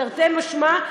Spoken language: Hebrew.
תרתי משמע,